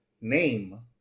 name